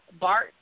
Bart